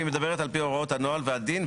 היא מדברת על פי הוראות הנוהל והדין,